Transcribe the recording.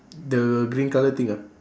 the green colour thing ah